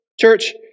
church